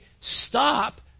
stop